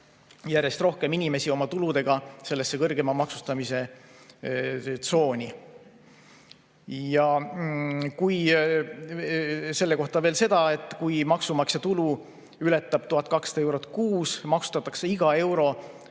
järjest rohkem inimesi oma tuludega sellesse kõrgema maksustamise tsooni. Ütlen veel seda, et kui maksumaksja tulu ületab 1200 eurot kuus, maksustatakse iga euro